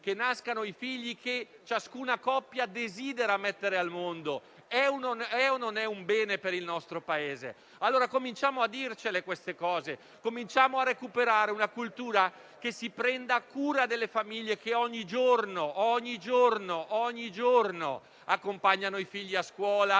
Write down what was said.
che nascano i figli che ciascuna coppia desidera mettere al mondo è o non è un bene per il nostro Paese? Cominciamo a dirci queste cose, cominciamo a recuperare una cultura che si prenda cura delle famiglie che ogni giorno accompagnano i figli a scuola,